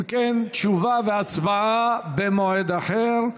אם כן, תשובה והצבעה במועד אחר.